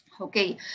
Okay